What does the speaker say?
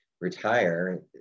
retire